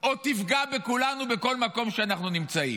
או תפגע בכולנו בכל מקום שאנחנו נמצאים?